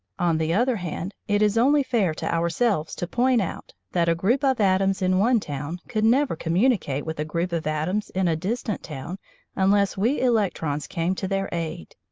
on the other hand, it is only fair to ourselves to point out that a group of atoms in one town could never communicate with a group of atoms in a distant town unless we electrons came to their aid.